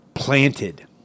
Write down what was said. Planted